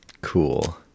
Cool